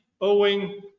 owing